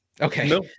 Okay